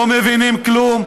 לא מבינים כלום,